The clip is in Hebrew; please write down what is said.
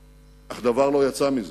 אך דבר לא יצא מזה.